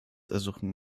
ersuchen